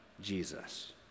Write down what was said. Jesus